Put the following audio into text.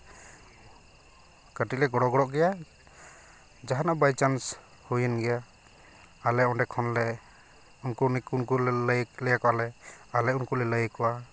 ᱠᱟᱹᱴᱤᱡ ᱞᱮ ᱜᱚᱲᱚ ᱜᱚᱲᱚᱜ ᱜᱮᱭᱟ ᱡᱟᱦᱟᱸᱱᱟᱜ ᱵᱟᱭᱪᱟᱱᱥ ᱦᱩᱭᱮᱱ ᱜᱮᱭᱟ ᱟᱞᱮ ᱚᱸᱰᱮ ᱠᱷᱚᱱᱞᱮ ᱩᱱᱠᱩ ᱠᱚ ᱞᱮ ᱞᱟᱹᱭᱟᱠᱚᱣᱟ ᱟᱞᱮ ᱟᱞᱮ ᱩᱱᱠᱩ ᱞᱮ ᱞᱟᱹᱭᱟᱠᱚᱣᱟ